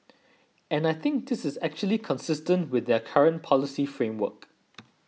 and I think this is actually consistent with their current policy framework